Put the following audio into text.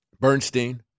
Bernstein